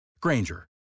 Granger